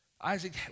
Isaac